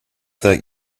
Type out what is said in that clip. that